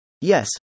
yes